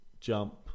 Jump